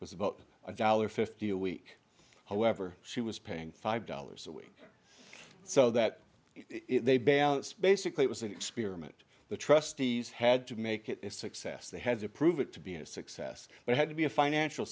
was about a dollar fifty a week however she was paying five dollars a week so that they balance basically it was an experiment the trustees had to make it a success they had to prove it to be a success but had to be a financial